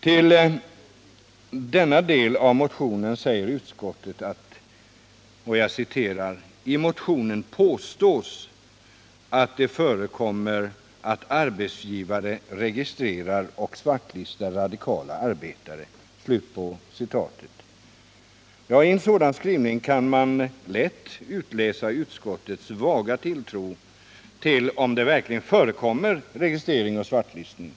Till denna del av motionen säger utskottet: ”I motionen påstås att det förekommer att arbetsgivare registrerar och svartlistar radikala arbetare.” I en sådan skrivning kan man lätt utläsa utskottets vaga tilltro till att det verkligen förekommer registrering och svartlistning.